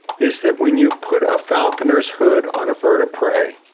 is that when you put a falconer's hoods on a bird of prey,